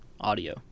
audio